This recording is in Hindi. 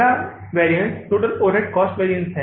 पहला विचरण टोटल ओवरहेड कॉस्ट वैरिएंस है